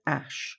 ash